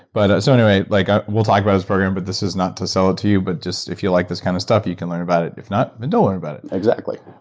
but, so anyway, like ah we'll talk about his program, but this is not to sell it to you, but just if you like this kind of stuff, you you can learn about it. if not, then don't learn about it. exactly.